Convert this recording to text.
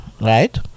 right